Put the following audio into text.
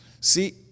See